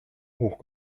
hoch